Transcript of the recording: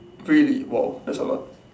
really !wow! that's a lot